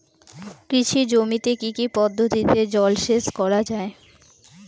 কৃষি জমিতে কি কি পদ্ধতিতে জলসেচ করা য়ায়?